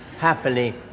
happily